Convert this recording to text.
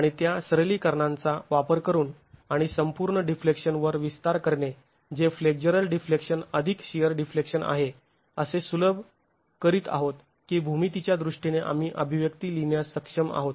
आणि त्या सरलीकरणांचा वापर करून आणि संपूर्ण डिफ्लेक्शन वर विस्तार करणे जे फ्लेक्झरल डिफ्लेक्शन अधिक शिअर डिफ्लेक्शन आहे आणि असे सुलभ करीत आहोत की भूमितीच्या दृष्टीने आम्ही अभिव्यक्ती लिहिण्यास सक्षम आहोत